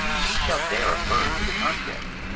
who shall dare affirm to the contrary?